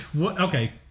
okay